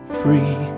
free